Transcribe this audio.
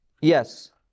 yes